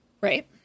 Right